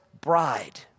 bride